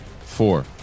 four